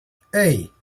hey